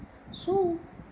so